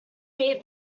meet